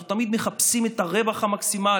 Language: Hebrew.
אנחנו תמיד מחפשים את הרווח המקסימלי.